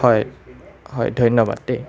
হয় হয় ধন্যবাদ দেই